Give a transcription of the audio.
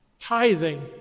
Tithing